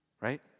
Right